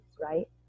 right